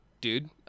dude